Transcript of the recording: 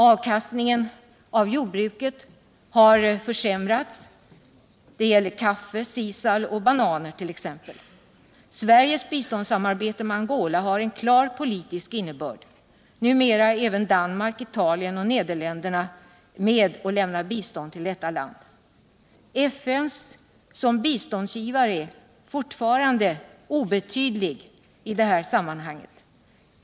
Avkastningen av jordbruket har försämrats. Det gäller produkter som kaffe, sisal och bananer. Sveriges biståndssamarbete med Angola har en klar politisk innebörd. Även Danmark, Italien och Nederländerna lämnar numera bistånd till detta land. FN:s roll som biståndsgivare är fortfarande obetydlig i det här sammanhanget.